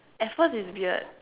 at first it's weird